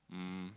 um